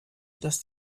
das